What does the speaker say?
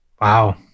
wow